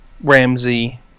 Ramsey